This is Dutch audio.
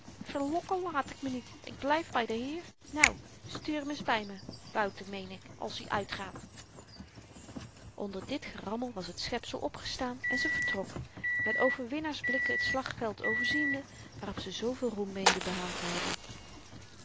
verlokken laat ik me niet ik blyf by den heer nou stuur m eens by me wouter meen ik als i uitgaat onder dit gerammel was t schepsel opgestaan en ze vertrok met overwinnaarsblikken t slagveld overziende waarop ze zooveel roem meende behaald te hebben